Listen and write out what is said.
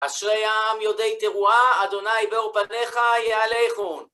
אשרי העם יודעי תרועה, אדוני באור פניך יהלכון.